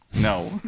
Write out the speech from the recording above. No